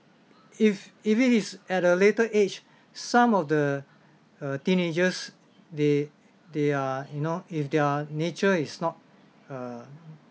if if it is at a later age some of the uh teenagers they they are you know if their nature is not uh